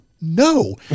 No